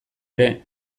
ere